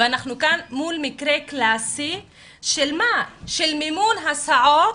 אנחנו כאן מול מקרה קלאסי של מימון הסעות